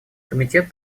комитет